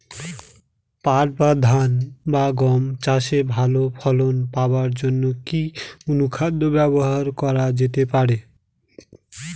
পাট বা ধান বা গম চাষে ভালো ফলন পাবার জন কি অনুখাদ্য ব্যবহার করা যেতে পারে?